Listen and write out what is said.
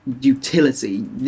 utility